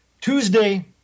Tuesday